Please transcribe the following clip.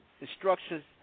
instructions